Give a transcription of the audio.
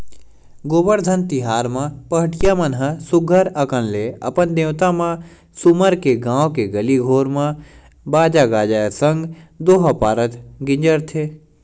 गोबरधन तिहार म पहाटिया मन ह सुग्घर अंकन ले अपन देवता ल सुमर के गाँव के गली घोर म बाजा गाजा के संग दोहा पारत गिंजरथे